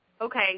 okay